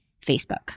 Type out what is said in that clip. Facebook